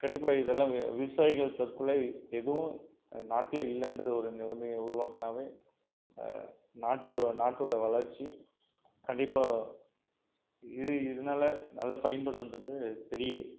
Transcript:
கண்டிப்பாக இதெல்லாம் விவசாயிகள் தற்கொலை எதுவும் நாட்டில் இல்லைன்றது ஒரு நிலமைய உருவாக்குனாலே நாட்டு நாட்டோடய வளர்ச்சி கண்டிப்பாக இது இதனால நல்லா பயன்படுன்றது தெரியுது